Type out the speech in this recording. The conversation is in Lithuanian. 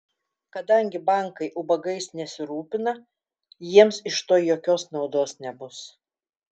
kadangi bankai ubagais nesirūpina jiems iš to jokios naudos nebus